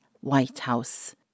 Whitehouse